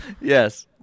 Yes